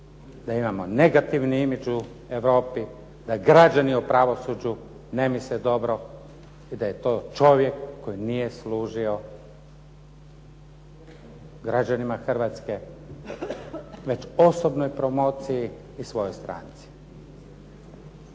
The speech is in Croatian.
da imamo negativni imidž u Europi, da građani u pravosuđu ne misle dobro i da je to čovjek koji nije služio građanima Hrvatske već osobnoj promociji i svojoj stranci.